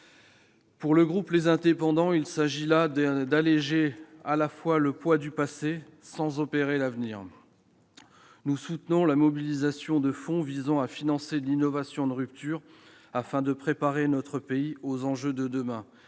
Pour le groupe Les Indépendants, il s'agit plutôt là d'alléger le poids du passé sans obérer l'avenir. Nous soutenons la mobilisation de fonds visant à financer l'innovation de rupture afin de préparer notre pays aux enjeux de demain.